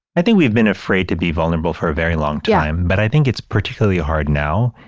i think we've been afraid to be vulnerable for a very long time. but i think it's particularly hard now,